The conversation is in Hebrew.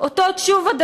אותו תשובה,